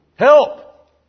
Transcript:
Help